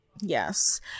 Yes